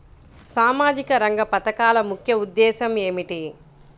సామాజిక రంగ పథకాల ముఖ్య ఉద్దేశం ఏమిటీ?